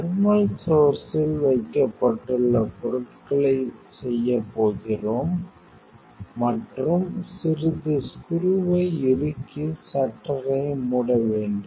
thermal சோர்ஸ்ஸில் வைக்கப்பட்டுள்ள பொருட்களைச் செய்யப் போகிறோம் மற்றும் சிறிது ஸ்குருவை இறுக்கி ஷட்டரை மூட வேண்டும்